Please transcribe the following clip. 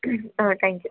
ആ താങ്ക്യൂ